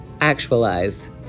actualize